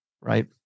right